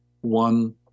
One